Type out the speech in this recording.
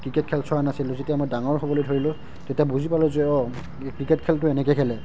cricket খেল চোৱা নাছিলোঁ যেতিয়া মই ডাঙৰ হ'বলৈ ধৰিলো তেতিয়া বুজি পালোঁ যে অঁ ক্ৰিকেট খেলটো এনেকে খেলে